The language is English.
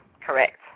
correct